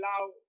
allow